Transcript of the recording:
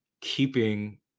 keeping